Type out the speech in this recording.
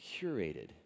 curated